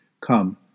Come